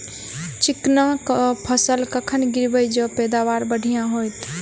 चिकना कऽ फसल कखन गिरैब जँ पैदावार बढ़िया होइत?